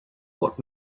what